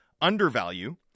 undervalue